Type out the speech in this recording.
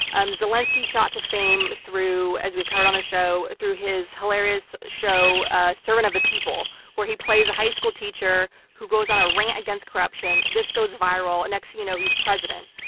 um zelensky shot to fame through, as we've heard on the show, though his hilarious show ah servant of the people where he plays a high school teacher who goes on a rant against corruption, this goes viral next thing you know, he's president.